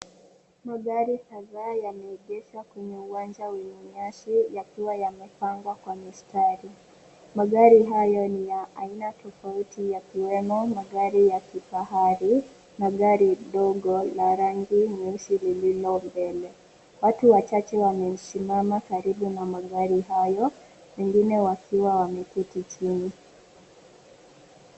Magari kadhaa yameegeshwa kwenye uwanja wenye nyasi yakiwa yamepangwa kwa mistari yakiwa yamepangwa kwa mistari. Magari hayo ni ya aina tofauti yakiwemo magari ya kifahari na gari dogo la rangi nyeusi lililo mbele. Watu wachache wamesimama karibu na magari hayo wengine wakiwa wameketi chini.